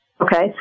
Okay